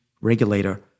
regulator